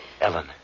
Ellen